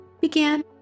began